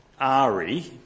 Ari